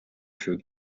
through